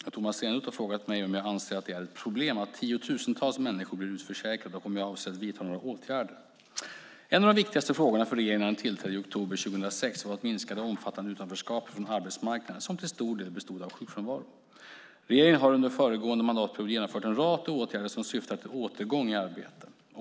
Fru talman! Tomas Eneroth har frågat mig om jag anser att det är ett problem att tiotusentals människor blir utförsäkrade och om jag avser att vidta några åtgärder. En av de viktigaste frågorna för regeringen när den tillträdde i oktober 2006 var att minska det omfattande utanförskapet från arbetsmarknaden som till stor del bestod av sjukfrånvaro. Regeringen har under föregående mandatperiod genomfört en rad åtgärder som syftar till återgång i arbete.